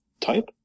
type